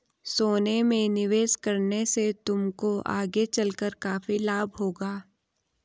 सोने में निवेश करने से तुमको आगे चलकर काफी लाभ होगा